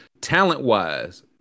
talent-wise